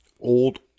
Old